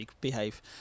behave